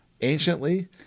anciently